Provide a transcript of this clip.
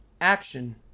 Action